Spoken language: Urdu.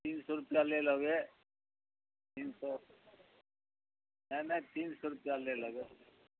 تین سو روپیہ لے لو گے تین سو نہیں نہیں تین سو روپیہ لے لو گے